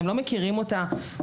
הם לא מכירים אותה.